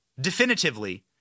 definitively